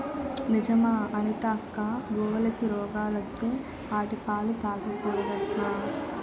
నిజమా అనితక్కా, గోవులకి రోగాలత్తే ఆటి పాలు తాగకూడదట్నా